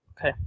Okay